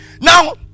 Now